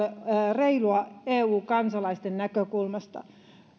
reilua eu kansalaisten näkökulmasta